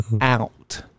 out